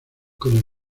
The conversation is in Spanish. con